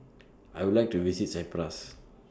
I Would like to visit Cyprus